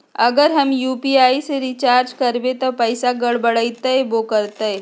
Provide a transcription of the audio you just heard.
अगर हम यू.पी.आई से रिचार्ज करबै त पैसा गड़बड़ाई वो करतई?